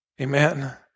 amen